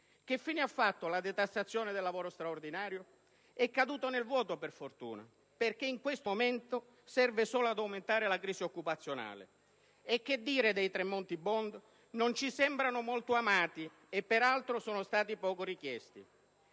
Che fine ha fatto la detassazione del lavoro straordinario? È caduta nel vuoto, per fortuna, perché in questo momento serve solo ad aumentare la crisi occupazionale. E che dire dei Tremonti *bond*? Non ci sembrano molto amati, e peraltro sono stati poco richiesti.